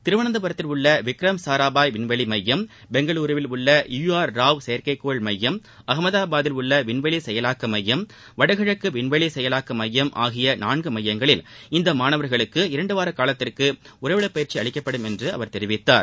திருவனந்தபுரத்தில் உள்ள விக்ரம் சாராபாய் விண்வெளி மையம் பெங்களுருவில் உள்ள யூ ஆர் ராவ் செயற்கைக்கோள் மையம் அகமதாபாதில் உள்ள விண்வெளி செயலாக்க மையம் வடகிழக்கு விண்வெளி செயலாக்க மையம் ஆகிய நான்கு மையங்களில் இந்த மாணவர்களுக்கு இரண்டு வார காலத்திற்கு உறைவிட பயிற்சி அளிக்கப்படும் என்று அவர் தெரிவித்தார்